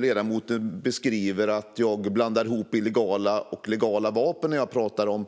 Ledamoten beskriver att jag blandar ihop illegala och legala vapen när jag pratar om